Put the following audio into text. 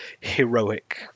heroic